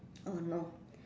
oh no